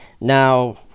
Now